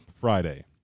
Friday